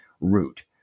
root